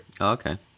Okay